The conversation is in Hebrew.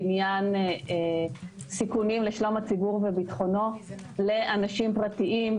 לעניין סיכונים לשלום הציבור וביטחונו לאנשים פרטיים,